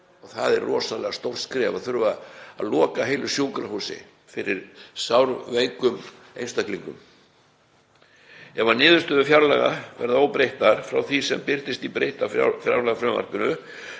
Það er rosalega stórt skref að þurfa að loka heilu sjúkrahúsi fyrir sárveikum einstaklingum. „Ef niðurstöður fjárlaga verða óbreyttar frá því sem birtist í breyttu fjárlagafrumvarpi